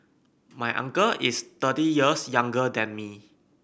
my uncle is thirty years younger than me